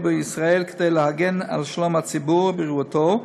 בישראל כדי להגן על שלום הציבור ובריאותו,